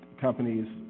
companies